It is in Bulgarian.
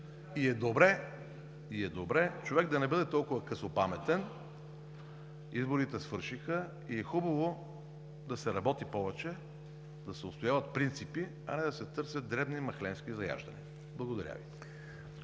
и е добре човек да не бъде толкова късопаметен. Изборите свършиха и е хубаво да се работи повече, да се отстояват принципи, а не да се търсят дребни махленски заяждания. Благодаря Ви.